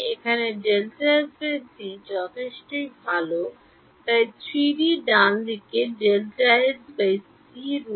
এখন Δsc যথেষ্ট ভাল নয় তাই 3D ডানদিকে Δsc√3